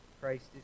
Christ